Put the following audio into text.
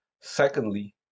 Secondly